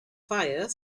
fire